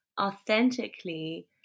authentically